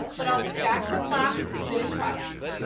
but i'll be back in a flash with the finished product.